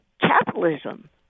Capitalism